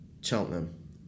Cheltenham